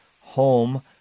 home